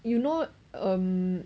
you know um